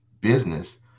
business